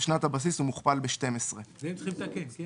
בשנת הבסיס ומוכפל ב־12," את זה אתם צריכים לתקן.